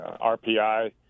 RPI